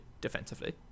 defensively